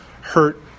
hurt